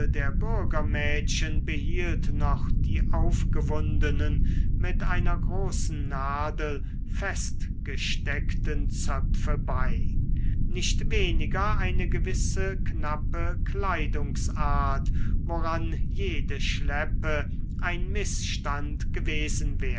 der bürgermädchen behielt noch die aufgewundenen mit einer großen nadel festgesteckten zöpfe bei nicht weniger eine gewisse knappe kleidungsart woran jede schleppe ein mißstand gewesen